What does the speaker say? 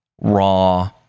RAW